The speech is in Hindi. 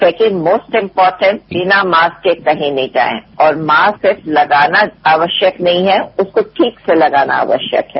सेकेंड मोस्ट इर्पोर्टेट बिना मास्क के कहीं नहीं जाएं और मास्क सिर्फ लगाना आवश्यक नहीं है उसको ठीक से लगाना आवश्यक है